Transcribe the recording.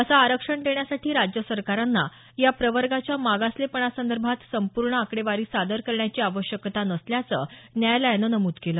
असं आरक्षण देण्यासाठी राज्यसरकारांना या प्रवर्गाच्या मागासलेपणासंदर्भात संपूर्ण आकडेवारी सादर करण्याची आवश्यकता नसल्याचं न्यायालयानं नमूद केलं